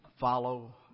follow